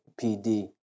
PD